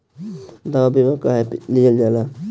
दवा बीमा काहे लियल जाला?